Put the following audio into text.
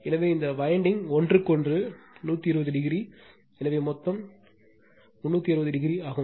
எனவே இந்த வயண்டிங் ஒன்றுக்கொன்று 120 o எனவே மொத்தம் 360 o ஆகும்